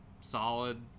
Solid